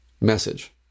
message